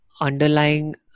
underlying